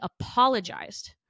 apologized